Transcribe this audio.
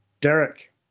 Derek